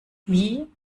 wie